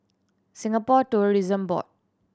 Singapore Tourism Board